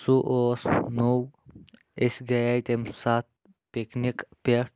سُہ اوس نوٚو أسۍ گٔیے تمہِ ساتہٕ پِکنِک پٮ۪ٹھ